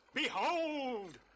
Behold